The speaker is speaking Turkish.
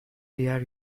diğer